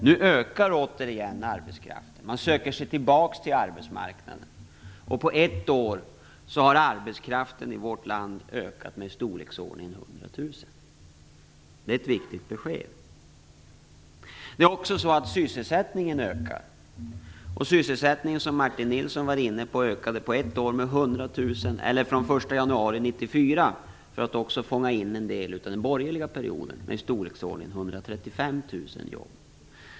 Nu ökar åter igen arbetskraften. Man söker sig tillbaks till arbetsmarknaden. På ett år har arbetskraften i vårt land ökat med i storleksordningen 100 000 människor. Det är ett viktigt besked. Sysselsättningen ökar också. Sysselsättningen ökade på ett år, som Martin Nilsson berörde, från den 1 januari 1994, för att också fånga in en del av den borgerliga perioden, med i storleksordningen 135 000 jobb.